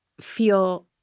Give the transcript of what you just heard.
feel